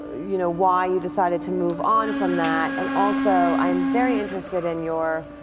you know, why you decided to move on from that. and also i am very interested in your